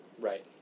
Right